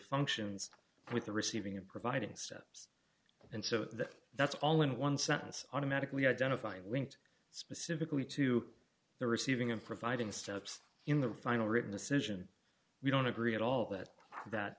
functions with the receiving and providing steps and so that that's all in one sentence automatically identifying winked specifically to the receiving and providing steps in the final written decision we don't agree at all that that